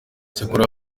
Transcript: cyakora